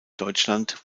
deutschland